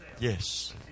Yes